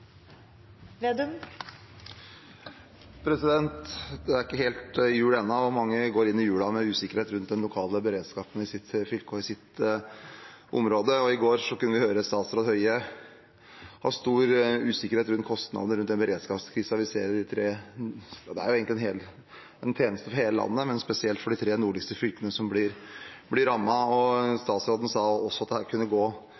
er ikke jul helt ennå. Mange går inn i julen med usikkerhet rundt den lokale beredskapen i sitt fylke og i sitt område, og i går kunne vi høre statsråd Høie uttrykke stor usikkerhet rundt kostnader knyttet til den beredskapskrisen vi ser i de tre nordligste fylkene. Det er jo egentlig en tjeneste for hele landet, men det er spesielt de tre nordligste fylkene som blir rammet. Statsråden sa også at for at dette kunne gå,